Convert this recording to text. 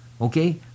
okay